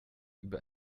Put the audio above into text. über